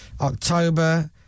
October